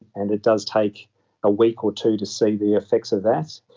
and it does take a week or two to see the effects of that.